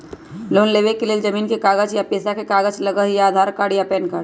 Loan लेवेके लेल जमीन के कागज या पेशा के कागज लगहई या आधार कार्ड या पेन कार्ड?